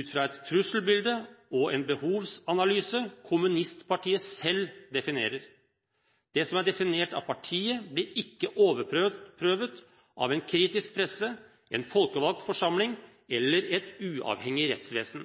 et trusselbilde og en behovsanalyse som kommunistpartiet selv definerer. Det som er definert av partiet, blir ikke overprøvd av en kritisk presse, en folkevalgt forsamling eller et uavhengig rettsvesen.